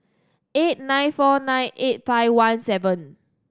eight nine four nine eight five one seven